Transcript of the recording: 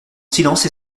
silence